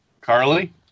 Carly